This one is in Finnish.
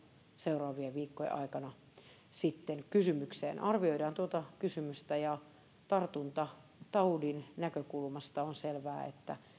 seuraavien viikkojen aikana kysymykseen arvioidaan tuota kysymystä tartuntataudin näkökulmasta on selvää että